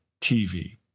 TV